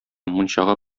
мунчага